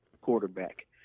quarterback